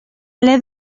alé